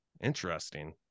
Interesting